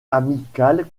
amicales